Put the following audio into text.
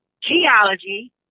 geology